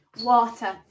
Water